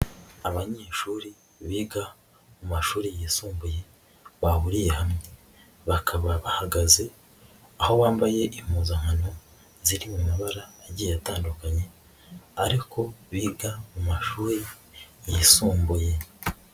Abanyeshuri biga mu mashuri yisumbuye bahuriye hamwe, bakaba bahagaze aho bambaye impuzankano ziri mu mabara agiye atandukanye ariko biga mu mashuri yisumbuye.